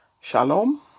Shalom